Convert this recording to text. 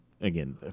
again